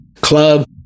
club